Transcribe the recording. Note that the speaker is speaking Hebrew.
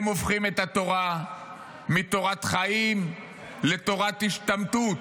הם הופכים את התורה מתורת חיים לתורת השתמטות.